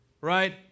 right